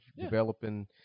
developing